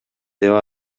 деп